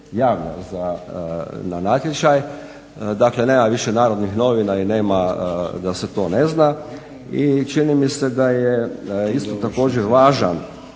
na natječaj. Dakle nema više Narodnih novina i nema da se to ne zna i čini mi se da je isto također važan